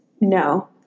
No